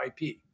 IP